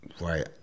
right